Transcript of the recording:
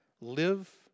Live